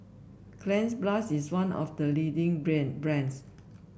Cleanz Plus is one of the leading brand brands